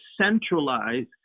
centralize